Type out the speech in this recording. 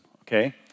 okay